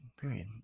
Period